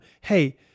hey